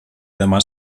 demà